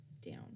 down